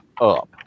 up